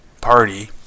party